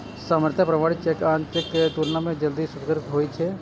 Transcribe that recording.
सामान्यतः प्रमाणित चेक आन चेक के तुलना मे जल्दी स्वीकृत होइ छै